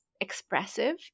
expressive